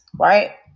right